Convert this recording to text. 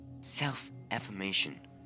Self-affirmation